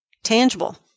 tangible